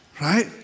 right